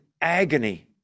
agony